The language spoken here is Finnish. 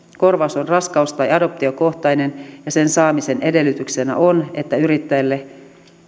korvaus on raskaus tai adoptiokohtainen ja sen saamisen edellytyksenä on että yrittäjälle